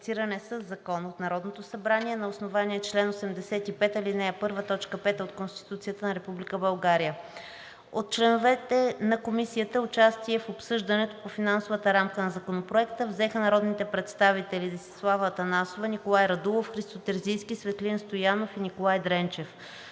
на ратифициране със закон от Народното събрание на основание чл. 85, ал. 1, т. 5 от Конституцията на Република България. От членовете на Комисията участие в обсъждането по финансовата рамка на Законопроекта взеха народните представители Десислава Атанасова, Николай Радулов, Христо Терзийски, Светлин Стоянов и Николай Дренчев.